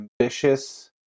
ambitious